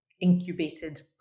incubated